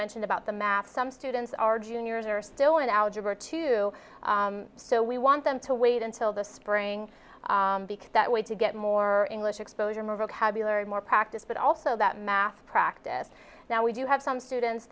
mentioned about the math some students are juniors are still in algebra two so we want them to wait until the spring because that way to get more english exposure more vocabulary more practice but also that math practice now we do have some students